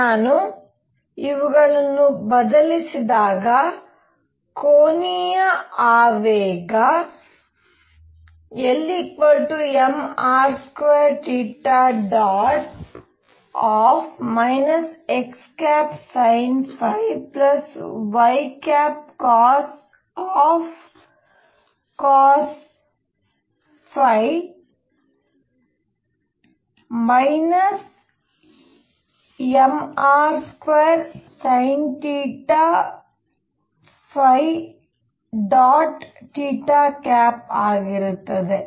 ನಾನು ಇವುಗಳನ್ನು ಬದಲಿಸಿದಾಗ ಕೋನೀಯ ಆವೇಗ L mr2 xsinϕycos mr2sinθ ಆಗಿರುತ್ತದೆ